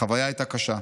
החוויה הייתה קשה,